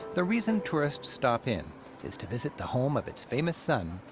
the reason tourists stop in is to visit the home of its famous son,